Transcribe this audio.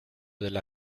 della